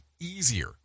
easier